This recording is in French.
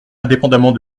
indépendamment